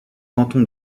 canton